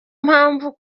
mpamvu